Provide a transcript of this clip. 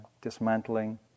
dismantling